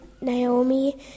Naomi